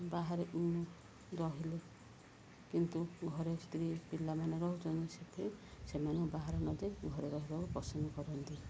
ବାହାରେ ରହିଲେ କିନ୍ତୁ ଘରେ ସ୍ତ୍ରୀ ପିଲାମାନେ ରହୁଛନ୍ତି ସେଥିପାଇଁ ସେମାନଙ୍କୁ ବାହାରେ ନଯାଇ ଘରେ ରହିବାକୁ ପସନ୍ଦ କରନ୍ତି